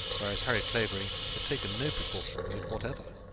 whereas harry clavering had taken no precaution with it whatever.